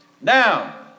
Now